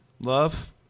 Love